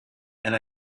and